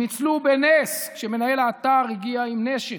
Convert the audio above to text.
הם ניצלו בנס, כשמנהל האתר הגיע עם נשק.